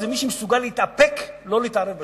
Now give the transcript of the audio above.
הוא מי שמסוגל להתאפק לא להתערב בשוק.